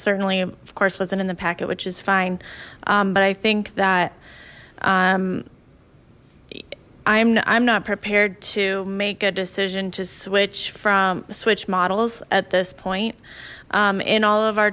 certainly of course wasn't in the packet which is fine but i think that i'm i'm not prepared to make a decision to switch from switch models at this point in all of our